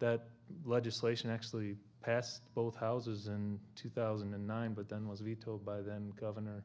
that legislation actually passed both houses in two thousand and nine but then was vetoed by then governor